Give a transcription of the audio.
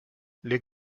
les